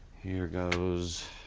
here goes